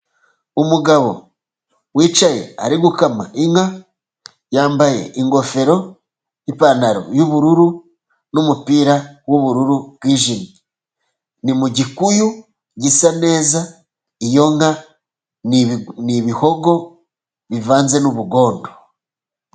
Umugabo wicaye ari gukama inka, yambaye ingofero, n'ipantaro yubururu, numupira wubururu bwijimye. Ni mu gikuyu gisa neza, iyo nka ni ibihogo bivanze n'ubugondo.